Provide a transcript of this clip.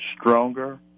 stronger